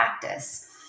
practice